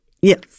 Yes